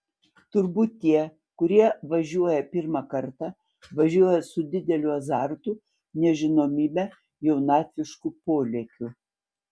turbūt tie kurie važiuoja pirmą kartą važiuoja su dideliu azartu nežinomybe jaunatvišku polėkiu